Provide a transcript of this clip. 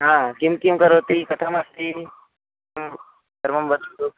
ह किं किं करोति कथमस्ति एवं सर्वं वदतु